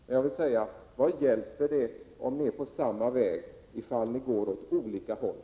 Men vad hjälper det om ni är på samma väg och går åt olika håll?